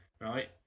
right